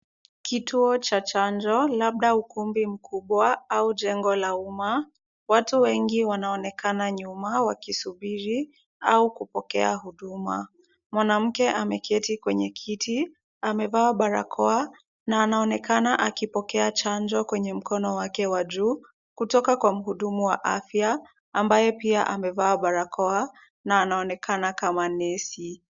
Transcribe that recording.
Kituo cha chanjo labda ukumbi mkubwa au jengo la umma. Watu wengi wanaonekana nyuma wakisubiri au kupokea huduma. Mwanamke ameketi kwenye kiti, amevaa barakoa na anaonekana akipokea chanjo kwenye mkono wake wa juu kutoka kwa mhudumu wa afya ambaye pia amevaa barakoa na anaonekana kama nesi.